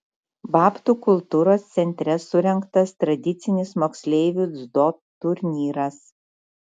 babtų kultūros centre surengtas tradicinis moksleivių dziudo turnyras